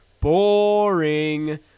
Boring